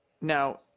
now